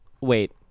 Wait